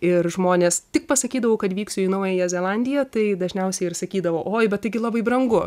ir žmonės tik pasakydavau kad vyksiu į naująją zelandiją tai dažniausiai ir sakydavo oi bet taigi labai brangu